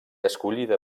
escollida